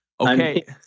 Okay